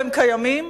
והם קיימים,